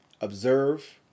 observe